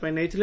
ପାଇଁ ନେଇଥିଲେ